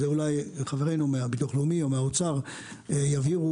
ואולי חברינו מהביטוח הלאומי או מהאוצר יבהירו,